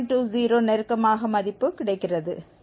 20 நெருக்கமாக மதிப்பு கிடைக்கிறது